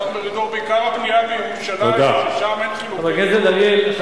בעיקר הבנייה בירושלים, ששם אין חילוקי דעות.